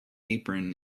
apron